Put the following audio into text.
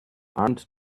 armed